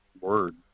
Word